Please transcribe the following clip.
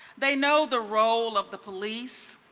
they know the role of the police.